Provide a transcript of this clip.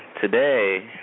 today